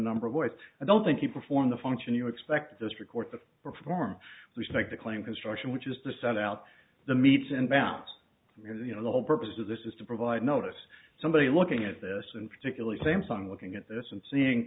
number of ways i don't think you perform the function you expect this record to perform respect the claim construction which is to set out the meets and bounds you know the whole purpose of this is to provide notice somebody looking at this and particularly same song looking at this and seeing